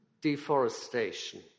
deforestation